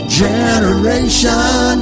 generation